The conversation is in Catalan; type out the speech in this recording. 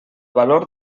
valor